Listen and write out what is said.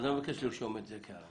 אני מבקש לרשום את זה כהערה.